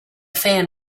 fan